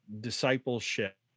discipleship